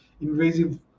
invasive